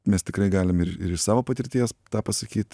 mes tikrai galim ir ir iš savo patirties tą pasakyt